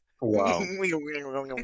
Wow